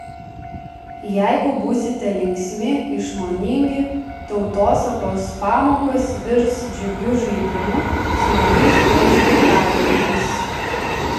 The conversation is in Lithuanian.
jeigu būsite linksmi išmoningi tautosakos pamokos virs džiugiu žaidimu smagiais paišdykavimais